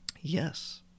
yes